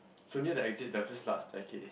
so near the exit there was this large staircase